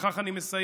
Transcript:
ובכך אני מסיים,